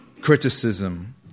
criticism